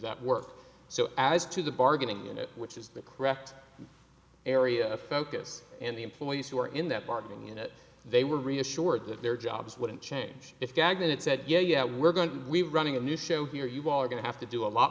that work so as to the bargaining unit which is the correct area of focus and the employees who are in that part of the unit they were reassured that their jobs wouldn't change if gaghan and said yeah yeah we're going to we're running a new show here you are going to have to do a lot